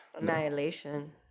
Annihilation